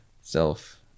self